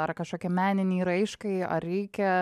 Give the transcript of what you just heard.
ar kažkokiai meninei raiškai ar reikia